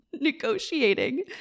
negotiating